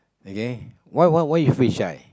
okay why why why you feel shy